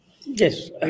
Yes